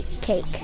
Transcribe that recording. cake